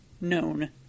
known